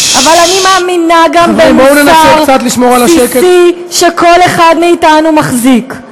אבל אני מאמינה גם במוסר בסיסי שכל אחד מאיתנו מחזיק.